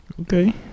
okay